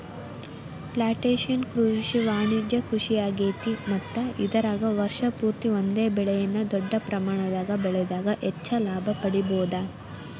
plantation ಕೃಷಿ ವಾಣಿಜ್ಯ ಕೃಷಿಯಾಗೇತಿ ಮತ್ತ ಇದರಾಗ ವರ್ಷ ಪೂರ್ತಿ ಒಂದೇ ಬೆಳೆನ ದೊಡ್ಡ ಪ್ರಮಾಣದಾಗ ಬೆಳದಾಗ ಹೆಚ್ಚ ಲಾಭ ಪಡಿಬಹುದ